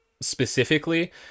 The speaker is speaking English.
specifically